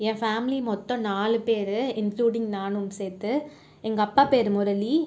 என் family மொத்தம் நாலு பேர் இன்குளுடிங் நானும் சேர்த்து எங்கள் அப்பா பேர் முரளி